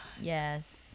Yes